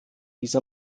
diese